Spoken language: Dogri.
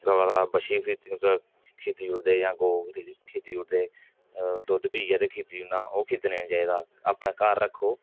गवा दा बच्छे बी खिद्धी ओड़दे जां गौ खिद्धी ओड़दे दुद्ध पियै ते खिद्धी ओड़ना ओह् खिद्धने नेईं चाहिदे अपने घर रक्खो